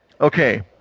Okay